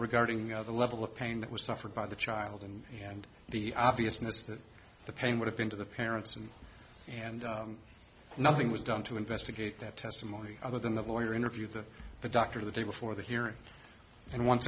regarding the level of pain that was suffered by the child and and the obviousness that the pain would have been to the parents and and nothing was done to investigate that testimony within the lawyer interview that the doctor the day before the hearing and once